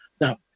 Now